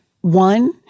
One